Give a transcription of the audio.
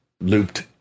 looped